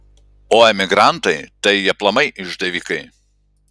o emigrantai tai aplamai išdavikai